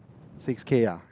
six K ah